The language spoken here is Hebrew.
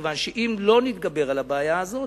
מכיוון שאם לא נתגבר על הבעיה הזאת,